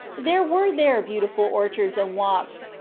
there were there beautiful orchards and walks.